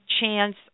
chance